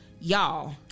Y'all